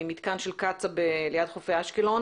ממתקן של קצא"א ליד חופי אשקלון,